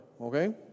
okay